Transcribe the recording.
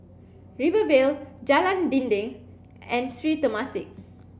Rivervale Jalan Dinding and Sri Temasek